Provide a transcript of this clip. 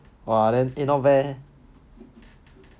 ya eh then not bad eh